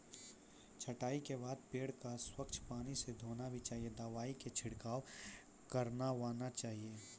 छंटाई के बाद पेड़ क स्वच्छ पानी स धोना भी चाहियो, दवाई के छिड़काव करवाना चाहियो